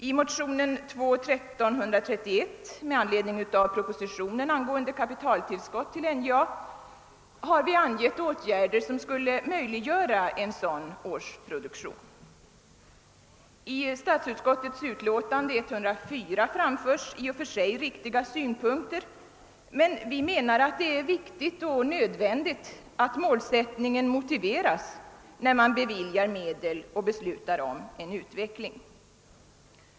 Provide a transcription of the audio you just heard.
I motionen II: 1331, med anledning av propositionen angående kapitaltillskott till NJA, har vi angivit åtgärder som skulle möjliggöra en sådan årsproduktion. I statsutskottets utlåtande nr 104 framförs i och för sig riktiga synpunkter, men vi menar att det är viktigt och nödvändigt att målsättningen motiveras när man beviljar medel och 'beslutar om en viss utveckling.